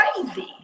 crazy